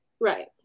right